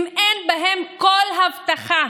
אם אין בהם כל הבטחה